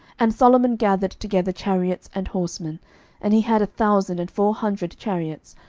and solomon gathered together chariots and horsemen and he had a thousand and four hundred chariots,